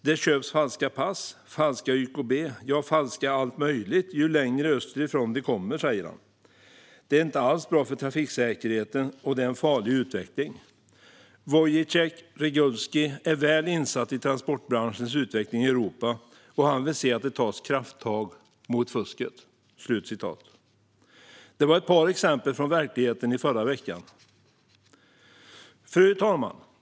Det köps falska pass, falska YKB, ja falska allt möjligt ju längre österifrån de kommer, säger han. Det är inte alls bra för trafiksäkerheten. Det är en farlig utveckling. Wojciech Regulski är väl insatt i transportbranschens utveckling i Europa, och han vill se att det tas krafttag mot fusket." Detta var ett par exempel från verkligheten i förra veckan. Fru talman!